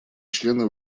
члены